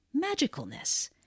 magicalness